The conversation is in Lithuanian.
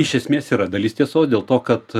iš esmės yra dalis tiesos dėl to kad